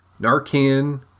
Narcan